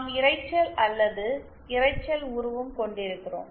நாம் இரைச்சல் அல்லது இரைச்சல் உருவம் கொண்டிருக்கிறோம்